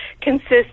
consists